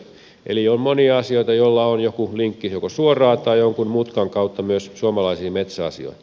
eli on monia asioita joilla on joku linkki joko suoraan tai jonkun mutkan kautta myös suomalaisiin metsäasioihin